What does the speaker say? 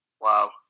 Wow